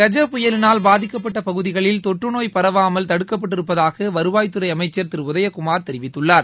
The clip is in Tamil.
கஜ புயலினால் பாதிக்கப்பட்ட பகுதிகளில் தொற்று நோய் பரவலாமல் தடுக்கப்பட்டிருப்பதாக வருவாய்த்துறை அமைச்சர் திரு உதயகுமார் தெரிவித்துள்ளார்